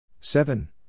Seven